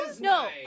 no